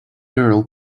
girl